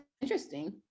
interesting